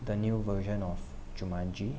the new version of jumanji